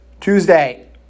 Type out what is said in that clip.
Tuesday